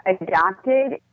adopted